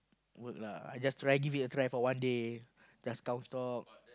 work lah I just try give it a try for one day just count stock